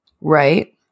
right